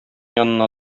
янына